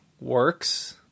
works